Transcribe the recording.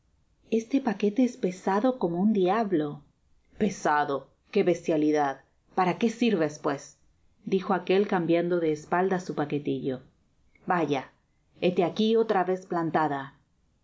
este paquete es pesado como un diablo i pesado qué bestialidad para qué sirves pues dijo aquel cambiando de espalda su paquetillo vaya hete aqui otra vez plantada